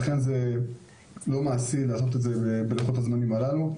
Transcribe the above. ולכן זה לא מעשי לעשות את זה בלוחות הזמנים הללו,